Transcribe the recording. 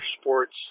sports